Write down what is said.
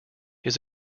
his